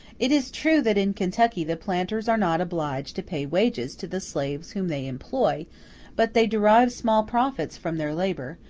it is true that in kentucky the planters are not obliged to pay wages to the slaves whom they employ but they derive small profits from their labor,